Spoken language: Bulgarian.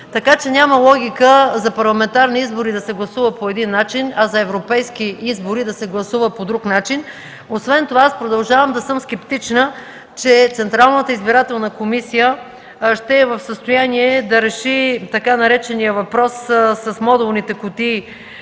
така че няма логика за парламентарни избори да се гласува по един начин, а за европейски избори да се гласува по друг начин. Освен това аз продължавам да съм скептична, че Централната избирателна комисия ще е в състояние да реши така наречения въпрос с модулните кутии